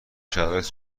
شرایط